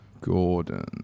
Gordon